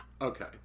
Okay